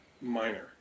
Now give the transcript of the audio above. minor